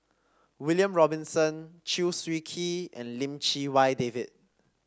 William Robinson Chew Swee Kee and Lim Chee Wai David